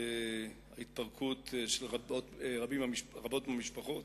ההתפרקות של רבות מהמשפחות,